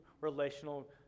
relational